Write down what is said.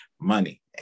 money